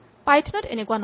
Python ত এনেকুৱা নহয়